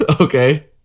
okay